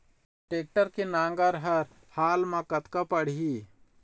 Tractor के नांगर हर हाल मा कतका पड़िही?